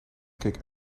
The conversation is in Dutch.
keek